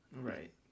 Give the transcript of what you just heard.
Right